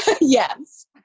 Yes